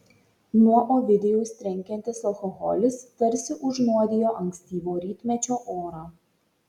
nuo ovidijaus trenkiantis alkoholis tarsi užnuodijo ankstyvo rytmečio orą